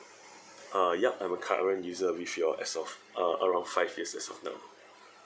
uh yup I'm a current user with your as of uh around five years as of now